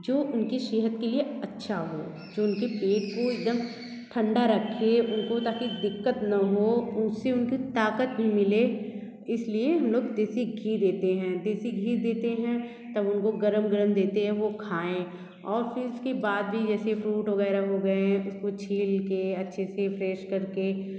जो उनके सेहत के लिए अच्छा हो जो उनके पेट को एक दम ठंडा रखे उनको ताकि दिक्कत ना हो उन से उनको ताक़त भी मिले इस लिए हम लोग देसी घी देते हैं देसी घी देते हैं तब उनको गर्म गर्म देते हैं वो खाएं और फिर उसके बाद भी जैसे फ्रूट वग़ैरह हो गए उसको छील के अच्छे से फ्रेश कर के